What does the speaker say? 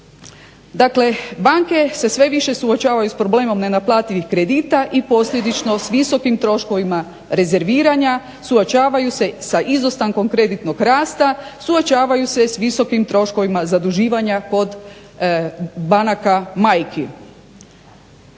Dakle banke se sve više suočavaju s problemom nenaplativih kredita i posljedično s visokim troškovima rezerviranja suočavaju se sa izostankom kreditnog rasta, suočavaju se s visokim troškovima zaduživanja kod banaka majki.